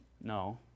No